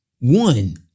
one